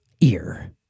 ear